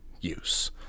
use